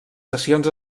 sessions